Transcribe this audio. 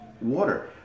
water